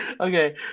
Okay